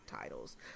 titles